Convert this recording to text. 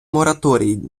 мораторій